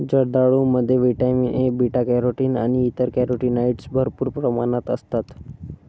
जर्दाळूमध्ये vitamin A, beta carotene आणि इतर कॅरोटीनॉइड्स भरपूर प्रमाणात असतात